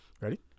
Ready